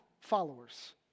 followers